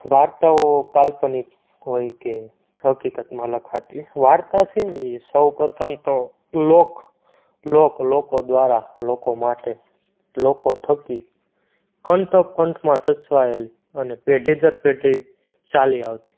વાર્તાઓ કાલ્પનિક હોય કે હકીકતમાં લખાતી હોય વાર્તા છે ને એ સૌ પ્રથમ તો લોક લોક લોકો દ્વારા લોકો માટે લોકો થકી કંઠ કંઠોમાં સચવાયેલ અને પેઢી દર પેઢી ચાલી આવતી